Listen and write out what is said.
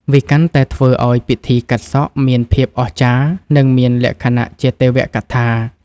វាកាន់តែធ្វើឱ្យពិធីកាត់សក់មានភាពអស្ចារ្យ និងមានលក្ខណៈជាទេវកថា។